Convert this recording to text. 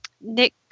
Nick